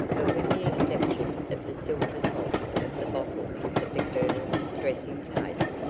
but with the exception of the silver tops of the bottles of the colonel's dressing-case,